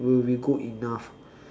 will be good enough